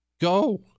go